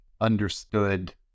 understood